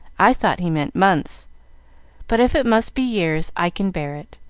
i thought he meant months but if it must be years, i can bear it,